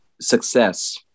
success